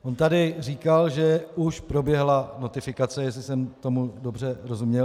On tady říkal, že už proběhla notifikace, jestli jsem tomu dobře rozuměl.